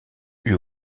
eût